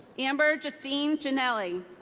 amber justine janelli.